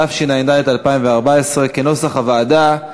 התשע"ד 2014, כנוסח הוועדה.